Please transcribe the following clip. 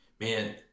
man